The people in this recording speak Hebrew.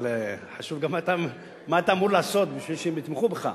אבל חשוב גם מה אתה אמור לעשות בשביל שהם יתמכו בך,